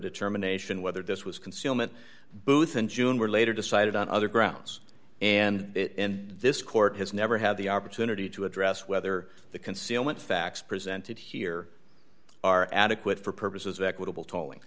determination whether this was concealment booth in june or later decided on other grounds and this court has never had the opportunity to address whether the concealment facts presented here are adequate for purposes of equitable tolling